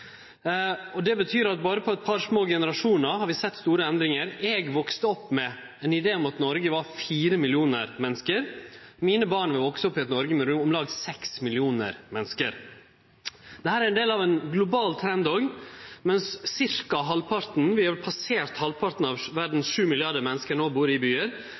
Det betyr at vi på berre eit par små generasjonar har sett store endringar. Eg vaks opp med ein idé om at Noreg hadde 4 millionar menneske. Mine born vil vekse opp i eit Noreg med om lag 6 millionar menneske. Dette er også ein del av ein global trend. Mens ca. halvparten – vi har passert halvparten – av verdas 7 milliardar menneske no bur i byar,